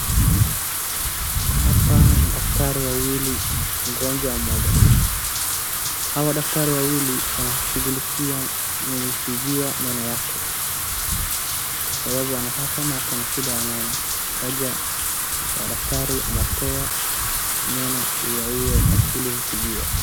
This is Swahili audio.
Hapa ni daktari wawili na mgonjwa mmoja. Hawa daktari wawili waanashughulikia mtibiwa meno yake. Kwa sababu anakaa kama ako na shida ya meno. Mmoja wa daktari anatoa meno ya yule mtibiwa.